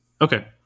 Okay